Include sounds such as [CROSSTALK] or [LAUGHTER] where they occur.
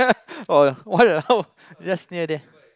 [LAUGHS] !walao! just near there